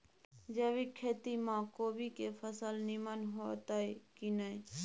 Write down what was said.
जैविक खेती म कोबी के फसल नीमन होतय की नय?